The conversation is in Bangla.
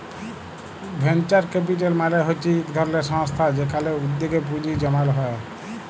ভেঞ্চার ক্যাপিটাল মালে হচ্যে ইক ধরলের সংস্থা যেখালে উদ্যগে পুঁজি জমাল হ্যয়ে